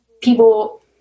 People